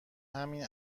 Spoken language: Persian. همین